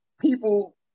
people